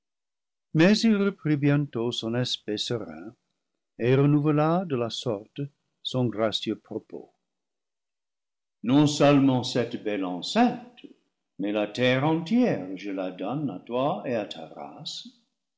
il reprit bientôt son aspect serein et renouvela de la sorte son gracieux propos non-seulement cette belle enceinte mais la terre entière je la donne à toi et à